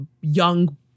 young